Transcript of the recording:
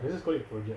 we just call it project